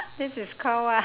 this is called what